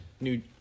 New